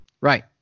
Right